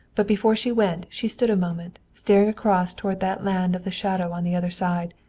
but before she went she stood a moment staring across toward that land of the shadow on the other side,